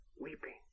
weeping